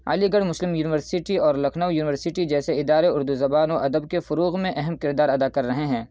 علی گڑھ Muslim University اور Lucknow university جیسے ادارے اردو زبان و ادب کے فروغ میں اہم کردار ادا کر رہے ہیں